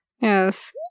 Yes